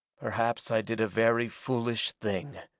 perhaps i did a very foolish thing,